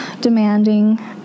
demanding